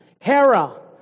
Hera